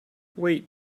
wait